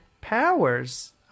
powers